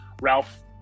Ralph